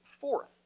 fourth